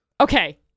Okay